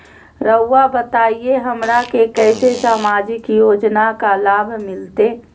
रहुआ बताइए हमरा के कैसे सामाजिक योजना का लाभ मिलते?